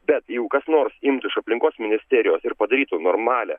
bet jeigu kas nors imtų iš aplinkos ministerijos ir padarytų normalią